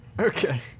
Okay